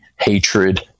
hatred